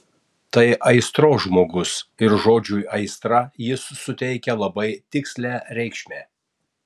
tai aistros žmogus ir žodžiui aistra jis suteikia labai tikslią reikšmę